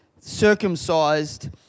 circumcised